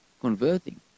converting